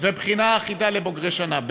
ובחינה אחידה לבוגרי שנה ב',